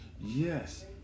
yes